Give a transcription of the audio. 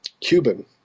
Cuban